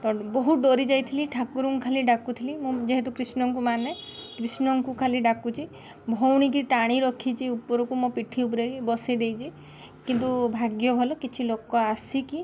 ତ ବହୁତ ଡରି ଯାଇଥିଲି ଠାକୁରଙ୍କୁ ଖାଲି ଡ଼ାକୁଥୁଲି ମୁଁ ଯେହେତୁ କ୍ରୀଷ୍ଣଙ୍କୁ ମାନେ କ୍ରୀଷ୍ଣଙ୍କୁ ଖାଲି ଡ଼ାକୁଛି ଭଉଣୀକି ଟାଣି ରଖିଛି ଉପରକୁ ମୋ ପିଠି ଉପରେକି ବସେଇ ଦେଇଛି କିନ୍ତୁ ଭାଗ୍ୟ ଭଲ କିଛି ଲୋକ ଆସିକି